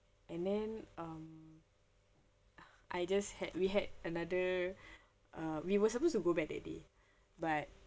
and then um I just had we had another uh we were supposed to go back that day but